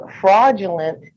fraudulent